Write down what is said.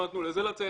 לא נתנו לזה לצאת.